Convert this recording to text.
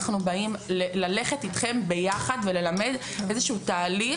אנחנו באים ללכת איתכם ביחד וללמד איזשהו תהליך שצריך לקחת אותו.